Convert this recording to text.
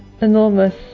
enormous